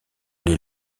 les